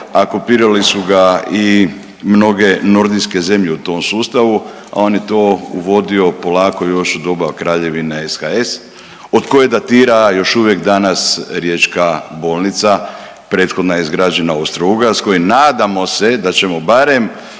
a kopirali su ga i mnoge nordijske zemlje u tom sustavu, a on je to uvodio polako još u doba Kraljevine SHS, od koje datira još uvijek danas riječka bolnica, prethodna je izgrađena u Austro-Ugarskoj, nadamo se da ćemo barem